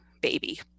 baby